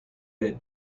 they